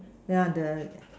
ya the